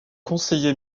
conseiller